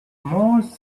most